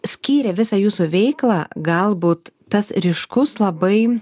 skyrė visą jūsų veiklą galbūt tas ryškus labai